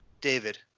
David